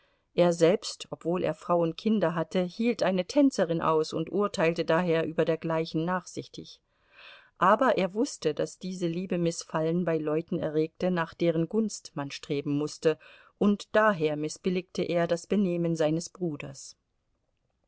er selbst obwohl er frau und kinder hatte hielt eine tänzerin aus und urteilte daher über dergleichen nachsichtig aber er wußte daß diese liebe mißfallen bei leuten erregte nach deren gunst man streben mußte und daher mißbilligte er das benehmen seines bruders